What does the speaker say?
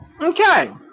Okay